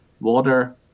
water